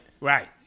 Right